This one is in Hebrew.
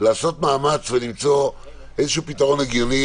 לעשות מאמץ ולמצוא איזשהו פתרון הגיוני.